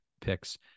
picks